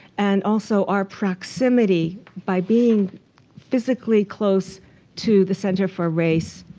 and also our proximity. by being physically close to the center for race,